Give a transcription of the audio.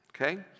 okay